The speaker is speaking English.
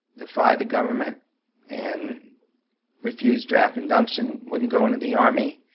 defy the government and refuse draft induction, wouldn't go in in the army.